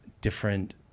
different